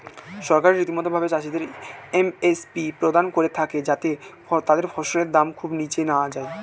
সরকার রীতিমতো ভাবে চাষিদের এম.এস.পি প্রদান করে থাকে যাতে তাদের ফসলের দাম খুব নীচে না যায়